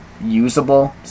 usable